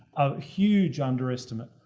of huge underestimate,